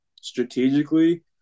strategically